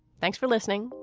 thanks for listening.